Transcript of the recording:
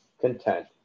content